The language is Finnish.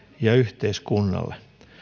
ja yhteiskunnalle